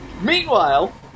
Meanwhile